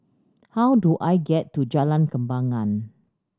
how do I get to Jalan Kembangan